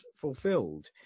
fulfilled